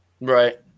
Right